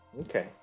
okay